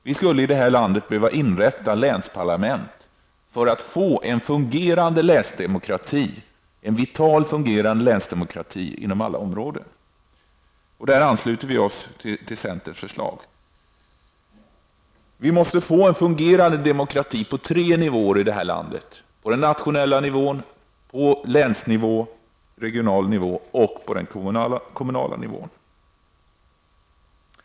Det skulle behöva inrättas länsparlament för att få till stånd en vital fungerande länsdemokrati inom alla områden. Där ansluter vi oss till centerns förslag. Det måste skapas en fungerande demokrati på tre nivåer i landet: på den nationella nivån, på länsnivå/regional nivå och på den kommunala nivån.